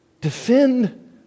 Defend